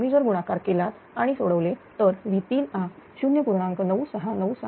तुम्ही जर गुणाकार केलात आणि सोडवले तर V3 हा 0